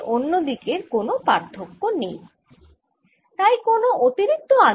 এই লাল দিয়ে আঁকা দিক কে ধনাত্মক দিক ধরলাম এ আধান গুলি কে পৃষ্ঠের সাথে সরায় যার ফলে বিপরীত আধান গুলি ভেতরে থেকে যাবে